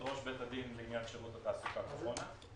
ראש בית הדין לעניין שירות התעסוקה קורונה.